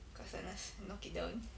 kasanaz knock it down